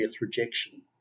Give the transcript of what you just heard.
rejection